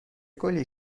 گلیه